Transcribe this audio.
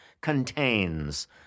contains